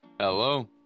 Hello